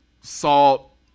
salt